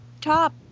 Top